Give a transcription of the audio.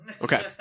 Okay